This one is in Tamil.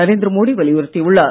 நரேந்திர மோடி வலியுறுத்தியுள்ளார்